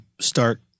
start